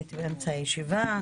הייתי באמצע הישיבה.